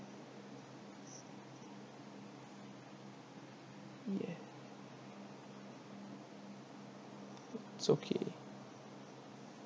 ya it's okay